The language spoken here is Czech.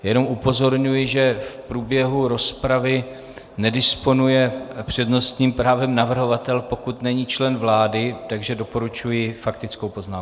Jenom upozorňuji, že v průběhu rozpravy nedisponuje přednostním právem navrhovatel, pokud není člen vlády, takže doporučuji faktickou poznámku.